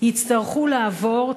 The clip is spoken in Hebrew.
יצטרכו לעבור,